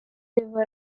river